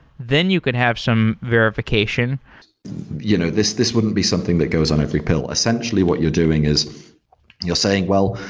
then you can have some verification you know this this wouldn't be something that goes on every pill. essentially, what you're doing is you're saying, well,